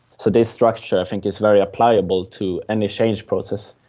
so this structure i think is very applicable to any change process.